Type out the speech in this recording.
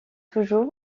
toujours